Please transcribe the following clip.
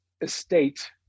estate